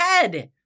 head